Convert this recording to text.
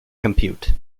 compute